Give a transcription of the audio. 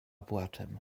płaczem